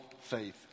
faith